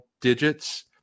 digits